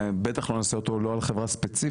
ובטח שלא נעשה אותו לא על חברה ספציפית,